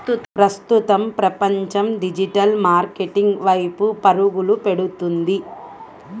ప్రస్తుతం ప్రపంచం digital marketing వైపు పరుగులు పెడుతుంది